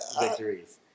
victories